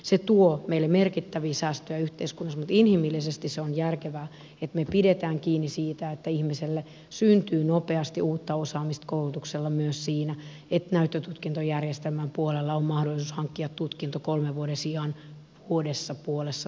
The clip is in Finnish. se tuo meille merkittäviä säästöjä yhteiskunnassa mutta inhimillisesti se on järkevää että me pidämme kiinni siitä että ihmiselle syntyy nopeasti uutta osaamista koulutuksella myös siinä että näyttötutkintojärjestelmän puolella on mahdollisuus hankkia tutkinto kolmen vuoden sijaan vuodessa puolessatoista